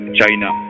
China